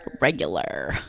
regular